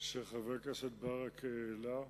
שחבר הכנסת ברכה העלה.